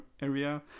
area